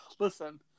Listen